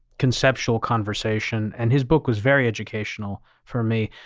conceptual conversation and his book was very educational for me.